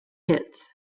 pits